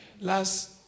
Last